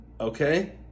okay